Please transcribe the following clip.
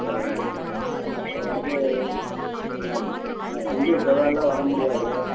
சரிங்க அப்போ வந்து நான் நான் திங்கள் செவ்வாயெல்லாம் வர முடியாது